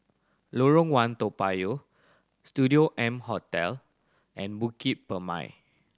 Lorong One Toa Payoh Studio M Hotel and Bukit Purmei